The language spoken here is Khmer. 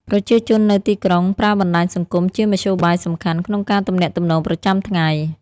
ប្រជាជននៅទីក្រុងប្រើបណ្ដាញសង្គមជាមធ្យោបាយសំខាន់ក្នុងការទំនាក់ទំនងប្រចាំថ្ងៃ។